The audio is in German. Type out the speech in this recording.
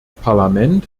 parlament